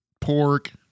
pork